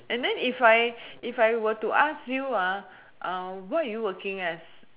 if I if I were to ask you ah what are you working as